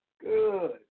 Good